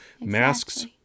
Masks